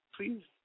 please